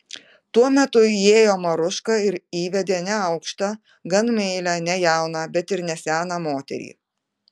tuo metu įėjo maruška ir įvedė neaukštą gan meilią ne jauną bet ir ne seną moterį